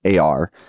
AR